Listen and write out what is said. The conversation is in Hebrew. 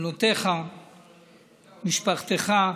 בנותיך ומשפחתך.